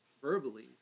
verbally